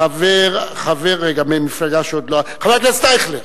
חבר הכנסת אייכלר.